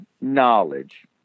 knowledge